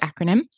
acronym